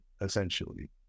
essentially